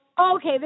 Okay